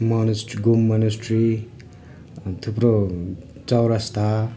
मनस Ghum monastery अनि थुप्रो चौरस्ता